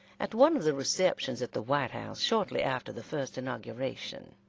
at one of the receptions at the white house, shortly after the first inauguration,